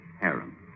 harem